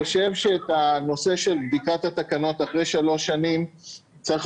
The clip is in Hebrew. את בדיקת התקנות אחרי שלוש שנים צריך